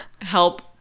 help